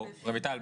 רויטל.